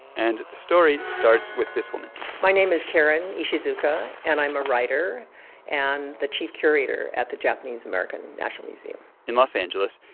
and the story starts with this woman my name is karen ishizuka, and i'm a writer and the chief curator at the japanese american national museum in los angeles.